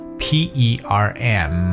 perm